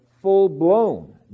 full-blown